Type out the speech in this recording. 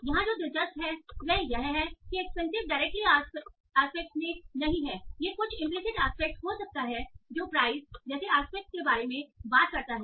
यहाँ जो दिलचस्प है वह यह है कि एक्सपेंसिव डायरेक्टली आस्पेक्ट में नहीं है यह कुछ इंपलीसिट आस्पेक्ट हो सकता है जो प्राइस जैसे आस्पेक्ट के बारे में बात करता है